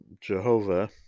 Jehovah